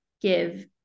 give